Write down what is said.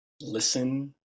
listen